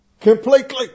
Completely